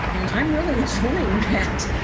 and i'm really enjoying that